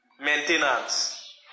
Maintenance